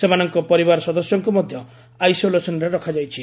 ସେମାନଙ୍କ ପରିବାର ସଦସ୍ୟଙ୍କୁ ମଧ୍ଧ ଆଇସୋଲେସନରେ ରଖାଯାଇଛି